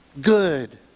good